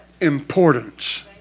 importance